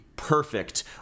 perfect